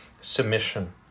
submission